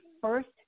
first